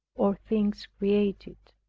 or things created,